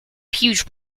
huge